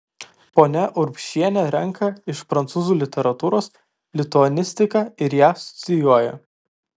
ponia urbšienė renka iš prancūzų literatūros lituanistiką ir ją studijuoja